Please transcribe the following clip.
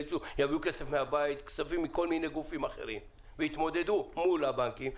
יביאו כסף מהבית וכספים מכל מיני גופים אחרים ויתמודדו מול הבנקים,